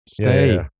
stay